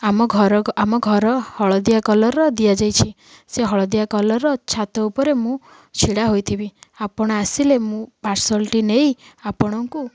ଆମ ଘର ଆମ ଘର ହଳଦିଆ କଲରର ଦିଆଯାଇଛି ସେ ହଳଦିଆ କଲରର ଛାତ ଉପରେ ମୁଁ ଛିଡ଼ା ହୋଇଥିବି ଆପଣ ଆସିଲେ ମୁଁ ପାର୍ସଲଟି ନେଇ ଆପଣଙ୍କୁ